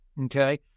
Okay